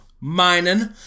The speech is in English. mining